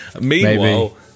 Meanwhile